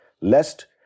Lest